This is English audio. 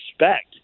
respect